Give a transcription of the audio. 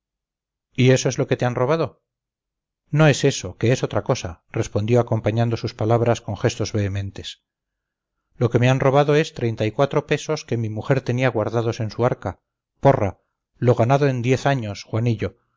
y eso es lo que te han robado no es eso que es otra cosa respondió acompañando sus palabras con gestos vehementes lo que me han robado es treinta y cuatro pesos que mi mujer tenía guardados en su arca porra lo ganado en diez años juanillo